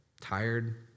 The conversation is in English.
Tired